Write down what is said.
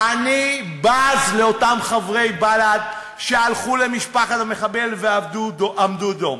אני בז לאותם חברי בל"ד שהלכו למשפחת המחבל ועמדו דום.